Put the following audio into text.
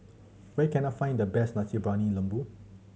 where can I find the best Nasi Briyani Lembu